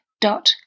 dot